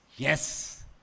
Yes